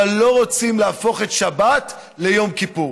אבל הם לא רוצים להפוך את שבת ליום כיפור,